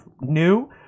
new